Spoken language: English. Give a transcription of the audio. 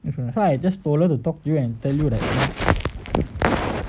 ya so that's why I just told her to talk to you and tell you that okay